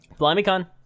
blimeycon